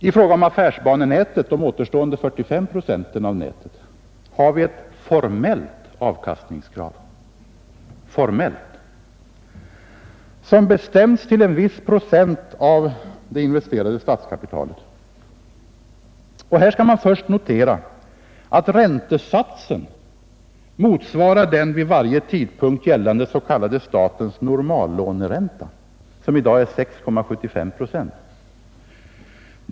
I fråga om affärsbanenätet, dvs. återstående 45 procent av nätet, har SJ ett formellt avkastningskrav, som bestäms till en viss procent av det investerade statskapitalet. Det bör först noteras att räntesatsen motsvarar den vid varje tidpunkt gällande s.k. statens normallåneränta som i dag är 6,75 procent.